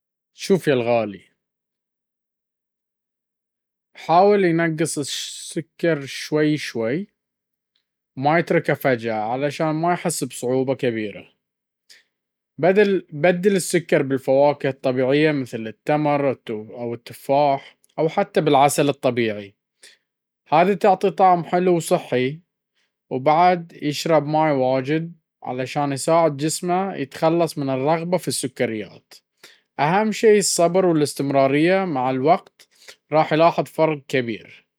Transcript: شوف يا الغالي، حاول ينقص السكر شوي شوي، ما يتركه فجأة عشان ما يحس بصعوبة كبيرة. بدل السكر بالفواكه الطبيعية مثل التمر أو التفاح، أو حتى بالعسل الطبيعي، هذي تعطي طعم حلو وصحي. وكمان يشرب ماء كثير عشان يساعد جسمه يتخلص من الرغبة في السكريات. أهم شي الصبر والاستمرارية، ومع الوقت راح يلاحظ فرق كبير.